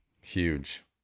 huge